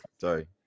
Sorry